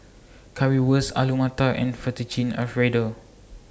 Currywurst Alu Matar and Fettuccine Alfredo